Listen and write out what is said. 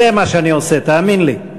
אני יודע מה שאני עושה, תאמין לי.